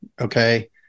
Okay